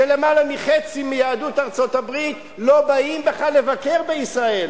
למעלה מחצי מיהדות ארצות-הברית לא באים בכלל לבקר בישראל,